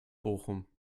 bochum